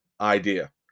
idea